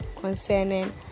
concerning